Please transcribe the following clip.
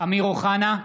אמיר אוחנה,